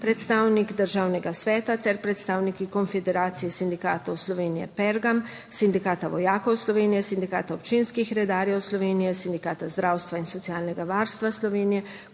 predstavnik Državnega sveta ter predstavniki Konfederacije sindikatov Slovenije Pergam, Sindikata Vojakov Slovenije, Sindikata Občinskih redarjev Slovenije, Sindikata zdravstva in socialnega varstva Slovenije,